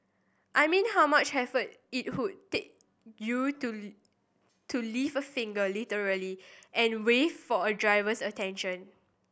I mean how much effort it would take you to to lift a finger literally and wave for a driver's attention